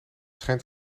schijnt